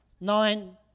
Nine